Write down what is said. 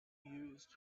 used